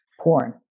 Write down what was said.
porn